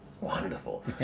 Wonderful